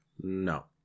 No